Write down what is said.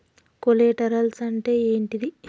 Collaterals అంటే ఏంటిది?